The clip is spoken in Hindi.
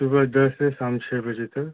सुबह दस से शाम छः बजे तक